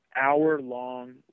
hour-long